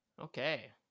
Okay